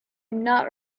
not